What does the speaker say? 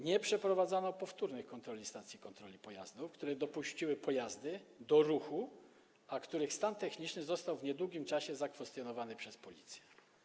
Nie przeprowadzano powtórnych kontroli stacji kontroli pojazdów, które dopuściły do ruchu pojazdy, których stan techniczny został w niedługim czasie zakwestionowany przez policję.